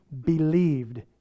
believed